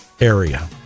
area